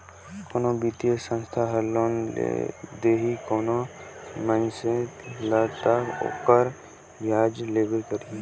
कोनो बित्तीय संस्था हर लोन देही कोनो मइनसे ल ता ओहर बियाज लेबे करही